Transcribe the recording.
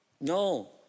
No